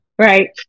right